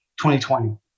2020